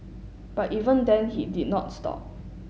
but even then he did not stop